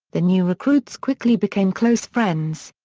the new recruits quickly became close friends.